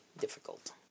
difficult